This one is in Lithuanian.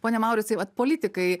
pone mauricai vat politikai